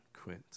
quit